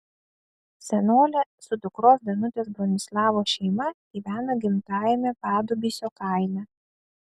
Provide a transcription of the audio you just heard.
senolė su dukros danutės bronislavos šeima gyvena gimtajame padubysio kaime